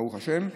ברוך השם,